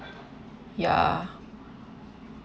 ya